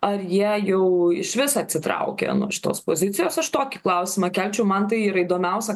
ar jie jau išvis atsitraukia nuo šitos pozicijos aš tokį klausimą kelčiau man tai yra įdomiausia